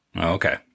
Okay